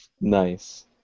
Nice